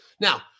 Now